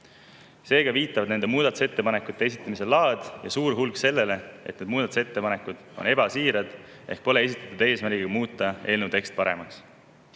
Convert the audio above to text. viitavad nende muudatusettepanekute esitamise laad ja suur hulk sellele, et need muudatusettepanekud on ebasiirad ehk pole esitatud eesmärgiga muuta eelnõu teksti paremaks.